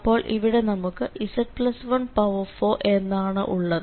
അപ്പോൾ ഇവിടെ നമുക്ക് z14എന്നാണ് ഉള്ളത്